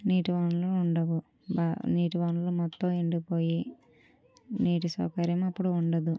నీటి వనరులు ఉండవు నీటి వనరులు మొత్తం ఎండిపోయి నీటి సౌకర్యం అప్పుడు ఉండదు